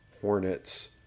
Hornets